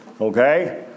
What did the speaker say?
Okay